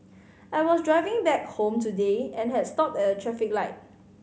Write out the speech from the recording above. I was driving back home today and had stopped at a traffic light